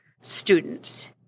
students